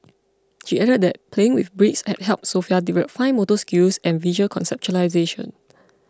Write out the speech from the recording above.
she added that playing with bricks had helped Sofia develop fine motor skills and visual conceptualisation